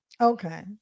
Okay